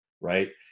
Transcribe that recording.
right